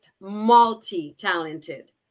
multi-talented